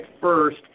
first